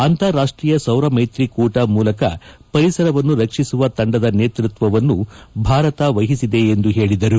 ಅಂತಾರಾಷ್ಷೀಯ ಸೌರಮೈತ್ರಿ ಕೂಟ ಮೂಲಕ ಪರಿಸರವನ್ನು ರಕ್ಷಿಸುವ ತಂಡದ ನೇತೃತ್ವವನ್ನು ಭಾರತ ವಹಿಸಿದೆ ಎಂದು ಹೇಳಿದರು